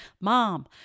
mom